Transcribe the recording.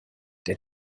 der